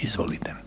Izvolite.